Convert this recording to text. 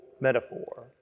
Metaphor